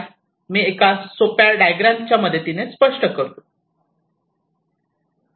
मी फक्त एका सोप्या डायग्रॅम च्या मदतीने स्पष्ट करतो